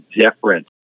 different